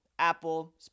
Apple